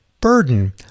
burden